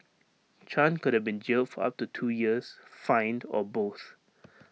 chan could have been jailed for up to two years fined or both